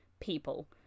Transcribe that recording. people